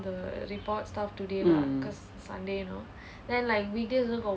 mm